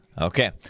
okay